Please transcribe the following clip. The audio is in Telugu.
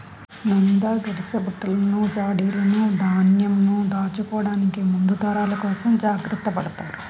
నంద, గరిసబుట్టలు, జాడీలును ధాన్యంను దాచుకోవడానికి ముందు తరాల కోసం జాగ్రత్త పడతారు